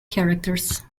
characters